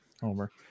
homer